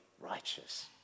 righteous